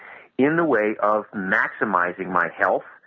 in the way of maximizing my health,